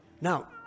Now